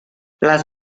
las